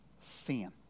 Sin